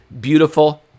beautiful